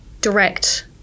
direct